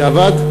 זה עבד.